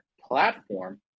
platform